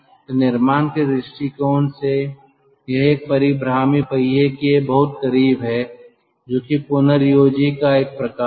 तो निर्माण के दृष्टिकोण से यह एक परीभ्रामी पहिये के बहुत करीब है जो कि पुनर्योजी का एक प्रकार है